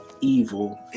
evil